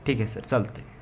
ठीक आहे सर चालतं आहे